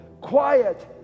quiet